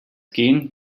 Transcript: gehen